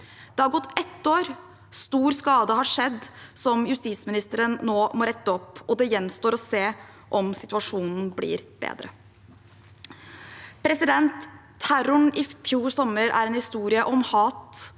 Det har gått ett år. Stor skade har skjedd, som justisministeren nå må rette opp, og det gjenstår å se om situasjonen blir bedre. Terroren i fjor sommer er en historie om hat,